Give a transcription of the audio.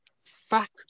fact